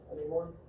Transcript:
anymore